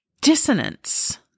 dissonance